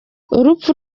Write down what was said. urupfu